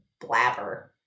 blabber